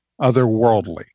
otherworldly